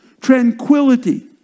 Tranquility